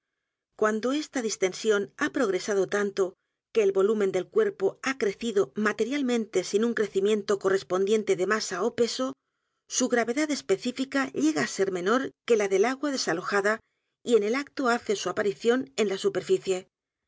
cuando esta distensión h a progresado tanto que el volumen del cuerpo ha crecido materialmente sin un crecimiento correspondiente de masa ó peso su gravedad específica llega á ser menor que la del agua desalojada y en el acto hace su aparición en la superficie